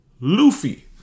Luffy